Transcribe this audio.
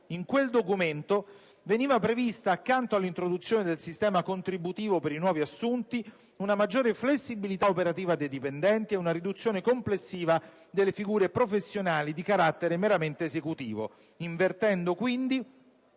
In quel documento veniva prevista, accanto all'introduzione del sistema contributivo per i nuovi assunti, una maggiore flessibilità operativa dei dipendenti e una riduzione complessiva delle figure professionali di carattere meramente esecutivo, invertendo quindi